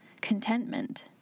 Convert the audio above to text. contentment